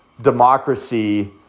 democracy